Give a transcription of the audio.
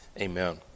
Amen